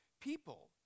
people